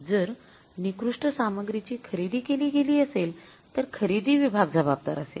जर निकृष्ट सामग्रीची खरेदी केली गेली असेल तर खरेदी विभाग जबाबदार असेल